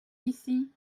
ici